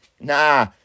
nah